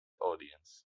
audience